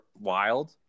wild